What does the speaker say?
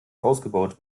ausgebaut